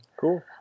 Cool